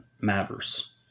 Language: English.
matters